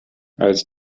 als